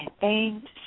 Thanks